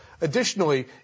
Additionally